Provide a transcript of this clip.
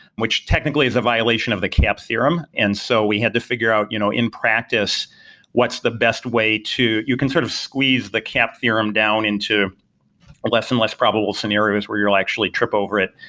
which technically is a violation of the cap theorem, and so we had to figure out you know in practice what's the best way to you can sort of squeeze the cap theorem down into less and less probable scenarios where you'll actually trip over it.